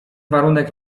warunek